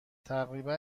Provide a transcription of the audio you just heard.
تقریبا